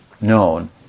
known